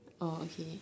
or okay